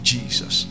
Jesus